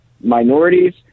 minorities